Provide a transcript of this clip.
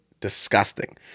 disgusting